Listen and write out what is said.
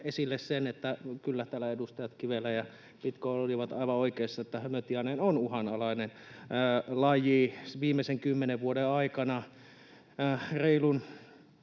esille sen, että kyllä täällä edustajat Kivelä ja Pitko olivat aivan oikeassa: hömötiainen on uhanalainen laji. Viimeisen kymmenen vuoden aikana yli